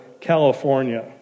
California